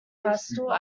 pastor